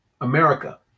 America